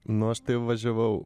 nu aš tai jau važiavau